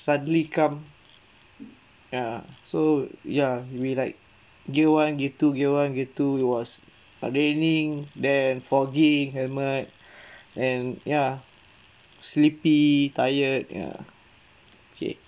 suddenly come ya so ya we like gear one gear two gear one gear two it was uh raining then foggy helmet and ya sleepy tired ya okay